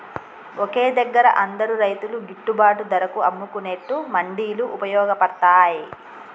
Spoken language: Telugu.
ఒకే దగ్గర అందరు రైతులు గిట్టుబాటు ధరకు అమ్ముకునేట్టు మండీలు వుపయోగ పడ్తాయ్